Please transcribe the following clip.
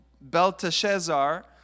Belteshazzar